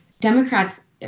Democrats